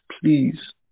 please